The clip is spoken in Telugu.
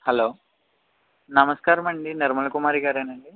హలో నమస్కారమండి నిర్మల కుమారి గారేనా అండి